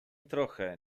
trochę